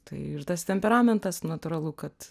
tai ir tas temperamentas natūralu kad